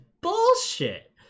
bullshit